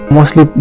Mostly